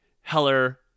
Heller